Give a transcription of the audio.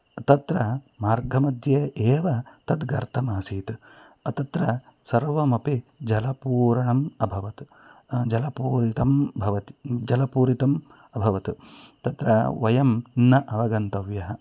तत्र मार्गमध्ये एव तद् गर्तमासीत् तत्र सर्वमपि जलपूरणम् अभवत् जलपूरितं भवति जलपूरितम् अभवत् तत्र वयं न अवगन्तव्यः